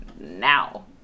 now